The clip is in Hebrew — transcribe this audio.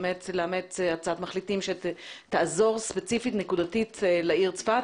לאמץ הצעת מחליטים שתעזור ספציפית ונקודתית לעיר צפת.